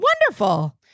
Wonderful